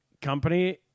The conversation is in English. company